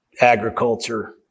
agriculture